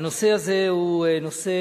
הנושא הזה הוא נושא